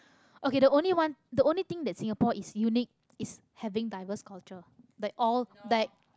okay the only one the only thing that singapore is unique is having diverse culture like all that